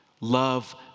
Love